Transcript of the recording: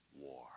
war